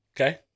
Okay